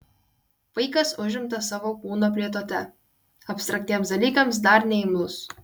vaikas užimtas savo kūno plėtote abstraktiems dalykams dar neimlus